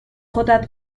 خودت